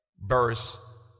verse